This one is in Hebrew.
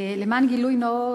למען גילוי נאות,